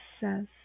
says